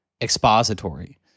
Expository